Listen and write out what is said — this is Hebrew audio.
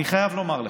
אני חייב לומר לך,